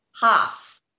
half